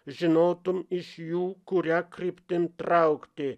žinotum iš jų kuria kryptim traukti